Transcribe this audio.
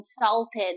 insulted